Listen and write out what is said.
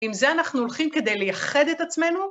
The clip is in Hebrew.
עם זה אנחנו הולכים כדי לייחד את עצמנו?